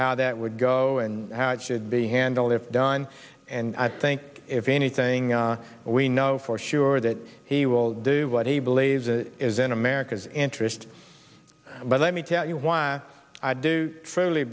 how that would go and how it should be handled if done and i think if anything we know for sure that he will do what he believes is in america's interest but let me tell you why i do truly